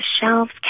shelves